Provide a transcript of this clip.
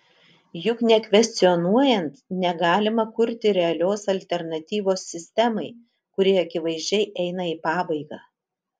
juk nekvestionuojant negalima kurti realios alternatyvos sistemai kuri akivaizdžiai eina į pabaigą